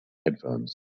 headphones